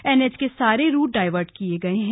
NH के सारे route divert किए गए हैं